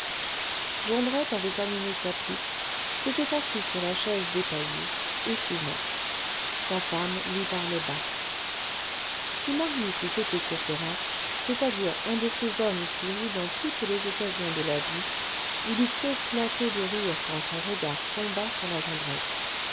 jondrette avait allumé sa pipe s'était assis sur la chaise dépaillée et fumait sa femme lui parlait bas si marius eût été courfeyrac c'est-à-dire un de ces hommes qui rient dans toutes les occasions de la vie il eût éclaté de rire quand son regard tomba sur la